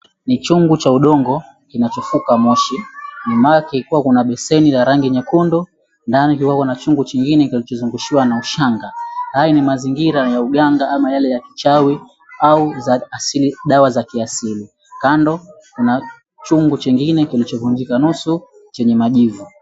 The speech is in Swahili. Ni chongo cha udongo kinachovuka moshi. Nyuma yake kukiwa kuna beseni ya rangi nyekundu ndani kukiwako na chombo kingine kilichozungushwa na ushanga. Haya ni mazingira ya uganga ama yale ya uchawi au za dawa za kiasili. Kando kuna chungu kingine kilichovunjika nusu chenye majivu.